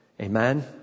amen